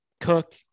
Cook